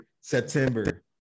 september